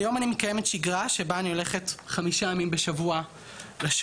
היום אני מקיימת שגרה שבה אני הולכת חמישה ימים בשבוע לשירות.